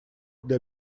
для